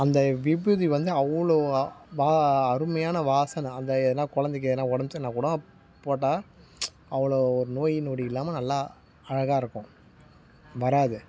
அந்த விபூதி வந்து அவ்வளோ வா அருமையான வாசனை அந்த எதுனால் குழந்தைக்கு எதுனால் உடம்பு சரியில்லனா கூடம் போட்டால் அவ்வளோ ஒரு நோய் நொடி இல்லாமல் நல்லா அழகாக இருக்கும் வராது